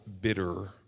bitter